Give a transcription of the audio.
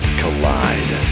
collide